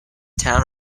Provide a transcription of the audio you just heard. town